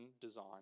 design